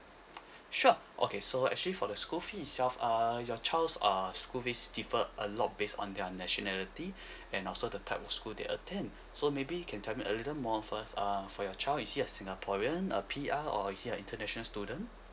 sure okay so actually for the school fee itself uh your child's err school fee is differ a lot based on their nationality and also the type of school they attend so maybe you can tell me a little more first uh for your child is she's a singaporean a P_R or is she a international student